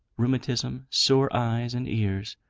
rheumatism, sore eyes and ears,